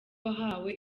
wahawe